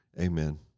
Amen